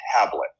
tablet